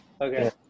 Okay